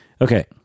Okay